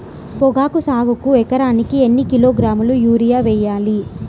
పొగాకు సాగుకు ఎకరానికి ఎన్ని కిలోగ్రాముల యూరియా వేయాలి?